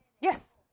Yes